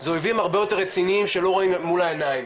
זה אויבים הרבה יותר רציניים שלא רואים מול העיניים